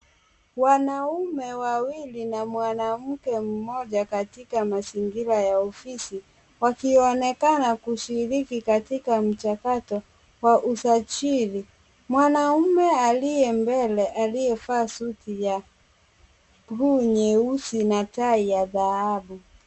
Wanaume wawili na mwanamke mmoja katika mazingira ya ofisi wakionekana kushiriki katika mchakato wa usajili. Mwanaume aliye mbele aliyevaa shati ya blue , nyeusi na tai ya dhahabu.